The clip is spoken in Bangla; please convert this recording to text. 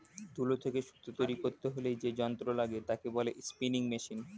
তুলো থেকে সুতো তৈরী করতে হলে যে যন্ত্র লাগে তাকে বলে স্পিনিং মেশিন